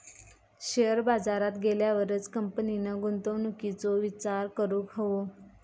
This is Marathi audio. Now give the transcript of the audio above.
शेयर बाजारात गेल्यावरच कंपनीन गुंतवणुकीचो विचार करूक हवो